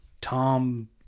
Tom